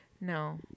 No